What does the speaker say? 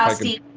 um steve.